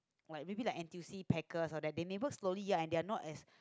like maybe like N_T_U_C packers all that they never slowly ya and they're not as